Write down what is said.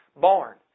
barn